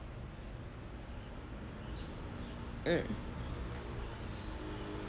mm